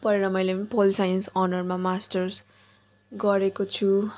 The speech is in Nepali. पढेर मैले पनि पोल साइन्स अनरमा मास्टर्स गरेको छु